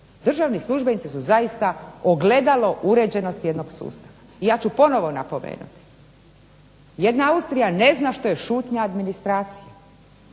Državni službenici su zaista ogledalo uređenosti jednog sustava. I ja ću ponovo napomenuti, jedna Austrija ne zna što je šutnja administracije.